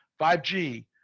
5G